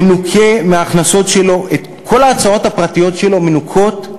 כל ההוצאות הפרטיות שלו מנוכות,